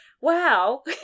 Wow